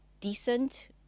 decent